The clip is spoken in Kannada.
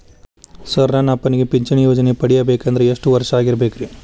ಸರ್ ನನ್ನ ಅಪ್ಪನಿಗೆ ಪಿಂಚಿಣಿ ಯೋಜನೆ ಪಡೆಯಬೇಕಂದ್ರೆ ಎಷ್ಟು ವರ್ಷಾಗಿರಬೇಕ್ರಿ?